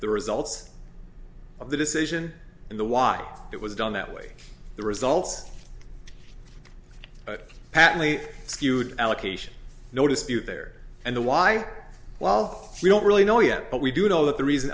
the results of the decision and the why it was done that way the results patently skewed allocation no dispute there and the why well we don't really know yet but we do know that the reason